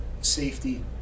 safety